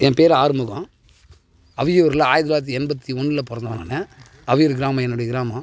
என் பேர் ஆறுமுகம் அவியூரில் ஆயிரத்தி தொள்ளாயிரத்தி எண்பத்தி ஒன்னில் பிறந்தவன் நான் அவியூர் கிராமம் என்னுடைய கிராமம்